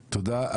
תודה.